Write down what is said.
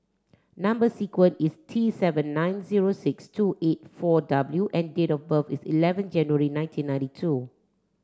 number sequence is T seven nine zero six two eight four W and date of birth is eleven January nineteen ninety two